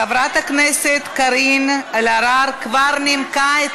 חברת הכנסת קארין אלהרר כבר נימקה את